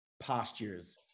postures